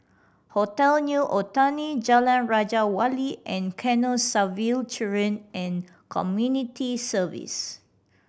Hotel New Otani Jalan Raja Wali and Canossaville Children and Community Services